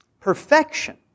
perfection